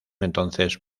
entonces